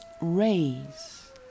rays